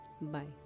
Bye